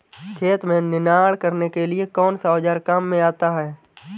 खेत में निनाण करने के लिए कौनसा औज़ार काम में आता है?